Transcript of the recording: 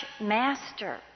master